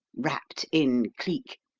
rapped in cleek,